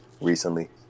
recently